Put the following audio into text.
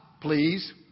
please